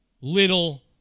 Little